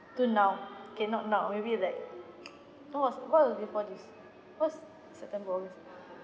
to now okay not now maybe like what was what was before this what's september always